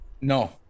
No